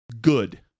Good